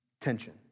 tension